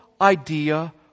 idea